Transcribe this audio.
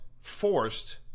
forced